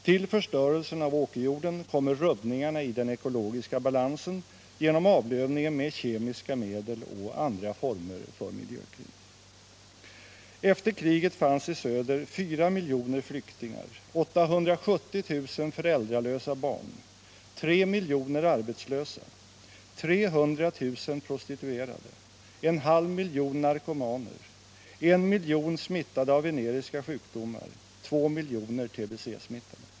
Till förstörelsen av åkerjord kommer rubbningarna i den ekologiska balansen genom avlövningen med kemiska medel och andra former av miljökrig. Efter kriget fanns i söder fyra miljoner flyktingar, 870 000 föräldralösa barn, tre miljoner arbetslösa, 300 000 prostituerade, en halv miljon narkomaner, en miljon smittade av veneriska sjukdomar och två miljoner tbe-smittade.